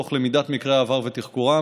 תוך למידת מקרי העבר ותחקורם.